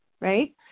right